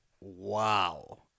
Wow